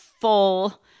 full